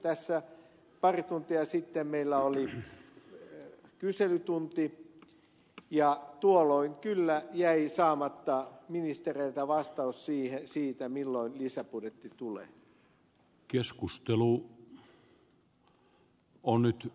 tässä pari tuntia sitten meillä oli kyselytunti ja tuolloin kyllä jäi saamatta ministereiltä vastaus siihen milloin lisäbudjetti tulee